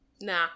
Nah